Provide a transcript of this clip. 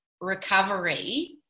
recovery